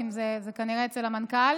בבקשה, השרה.